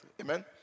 Amen